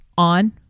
on